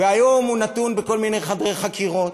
והיום הוא נתון בכל מיני חדרי חקירות.